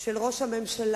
של ראש הממשלה.